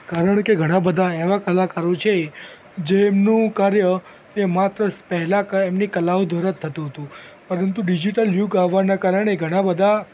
કારણ કે ઘણા બધા એવા કલાકારો છે જેમનું કાર્ય એ માત્ર પહેલાં એમની કલાઓ દ્વારા જ થતું હતું પરંતુ ડિજિટલ યુગ આવવાના કારણે ઘણા બધા